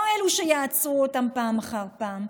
ולא אלה שיעצרו אותן פעם אחר פעם.